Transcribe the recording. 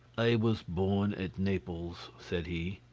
i was born at naples said he,